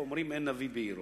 אומרים: אין נביא בעירו.